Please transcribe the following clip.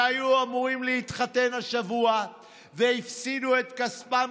הם היו אמורים להתחתן השבוע והפסידו את כספם,